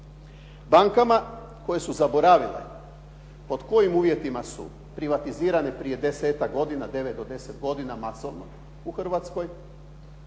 bankama koje su zaboravile pod kojim uvjetima su privatizirane prije desetak godina, devet do deset godina masovno u Hrvatskoj,